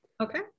Okay